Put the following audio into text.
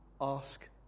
ask